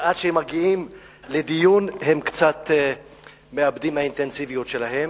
ועד שהם מגיעים לדיון הם קצת מאבדים מהאינטנסיביות שלהם.